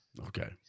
Okay